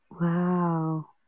wow